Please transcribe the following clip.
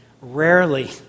Rarely